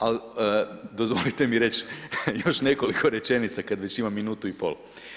Ali dozvolite mi reći još nekoliko rečenica kad već imam minutu i pol.